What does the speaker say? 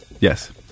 Yes